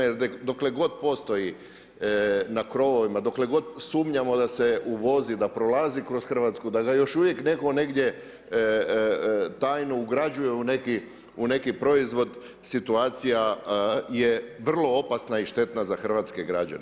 Jer dokle god postoji na krovovima dokle god sumnjamo da se uvozi da prolazi kroz hrvatsku da ga još uvijek netko negdje tajno ugrađuje u neki proizvod situacija je vrlo opasna i štetna za hrvatske građane.